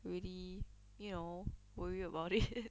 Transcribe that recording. really you know worry about it